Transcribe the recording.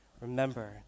remember